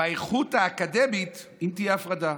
באיכות האקדמית אם תהיה הפרדה,